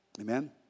Amen